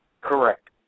Correct